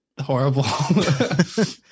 horrible